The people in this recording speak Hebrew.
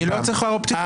אני לא צריך הערת פתיחה,